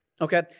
Okay